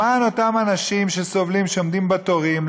למען אותם אנשים שסובלים ועומדים בתורים,